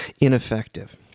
ineffective